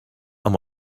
amb